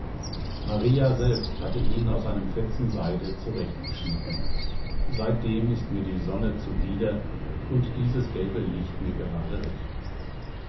maria selbst hatte ihn aus einem fetzen seide zurechtgeschnitten seitdem ist mir die sonne zuwider und dieses gelbe licht mir grade recht